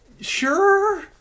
Sure